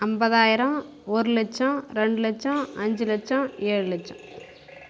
அம்பதாயிரம் ஒரு லச்சம் ரெண்டு லச்சம் அஞ்சு லச்சம் ஏழு லச்சம்